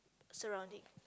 surrounding